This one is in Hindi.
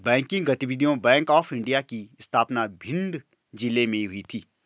बैंकिंग गतिविधियां बैंक ऑफ इंडिया की स्थापना भिंड जिले में हुई थी